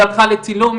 היא הלכה לצילום,